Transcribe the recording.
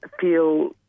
feel